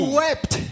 wept